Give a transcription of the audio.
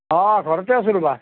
অঁ ঘৰতে আছো ৰ'বা